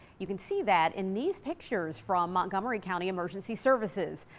you can see that in these pictures from montgomery county emergency services,